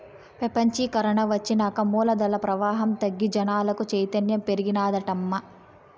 పెపంచీకరన ఒచ్చినాక మూలధన ప్రవాహం తగ్గి జనాలకు చైతన్యం పెరిగినాదటమ్మా